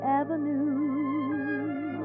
avenue